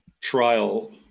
trial